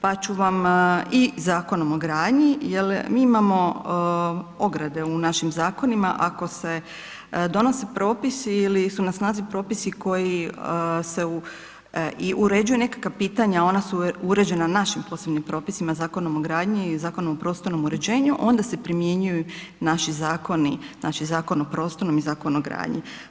Pa ću vam i Zakonom o gradnji, jer mi imamo ograde u našim zakonima ako se donose propisi ili su na snazi propisi koji se i uređuju nekakva pitanja ona su uređena našim posebnim propisima, Zakonom gradnji i Zakonom o prostornom uređenju onda se primjenjuju naši zakoni, znači Zakon o prostornom i Zakon o gradnji.